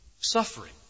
suffering